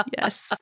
Yes